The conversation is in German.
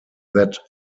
that